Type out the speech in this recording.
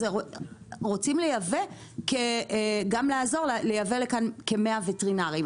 רוצים לייבא לכאן כ-100 וטרינרים.